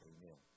Amen